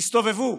תסתובבו,